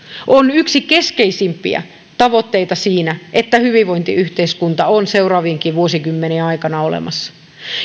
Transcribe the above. on yksi keskeisimpiä tavoitteita siinä että hyvinvointiyhteiskunta on seuraavienkin vuosikymmenien aikana olemassa